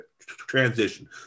transition